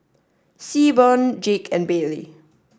Seaborn Jake and Baylie